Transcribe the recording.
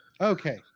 Okay